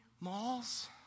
malls